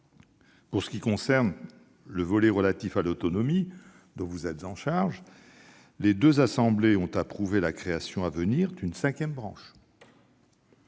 Pour ce qui concerne le volet relatif à l'autonomie, dont vous êtes chargée, les deux assemblées ont approuvé la création à venir d'une « cinquième branche